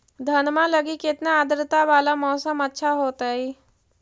धनमा लगी केतना आद्रता वाला मौसम अच्छा होतई?